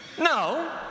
No